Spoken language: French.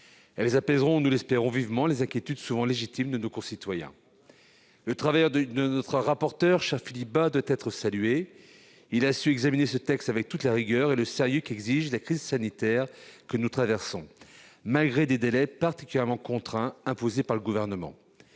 Elles apaiseront, nous l'espérons vivement, les inquiétudes souvent légitimes de nos concitoyens. Le travail de notre rapporteur Philippe Bas doit être salué ; il a su examiner ce texte avec toute la rigueur et le sérieux qu'exige la crise sanitaire que nous traversons, malgré des délais particulièrement contraints, imposés par le Gouvernement.